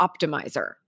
optimizer